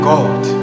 God